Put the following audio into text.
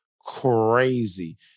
crazy